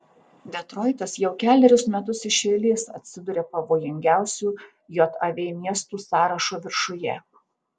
detroitas jau kelerius metus iš eilės atsiduria pavojingiausių jav miestų sąrašo viršuje